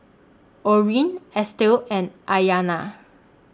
Orrin Estell and Aiyana